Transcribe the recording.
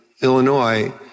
Illinois